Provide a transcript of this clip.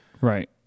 Right